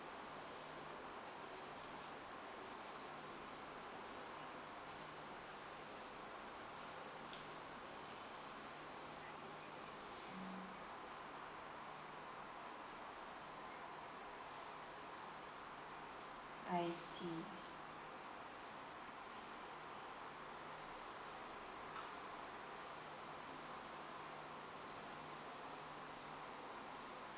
I see